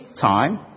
time